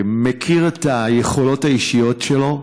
מכיר את היכולות האישיות שלו,